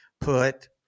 put –